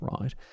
right